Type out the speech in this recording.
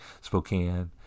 Spokane